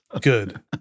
Good